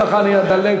ככה אני אדלג,